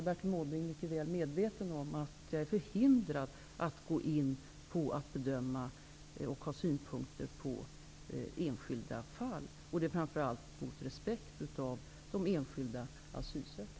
Bertil Måbrink är mycket väl medveten om att jag är förhindrad att beröra och ha synpunkter på enskilda fall, och det framför allt av respekt för enskilda asylsökande.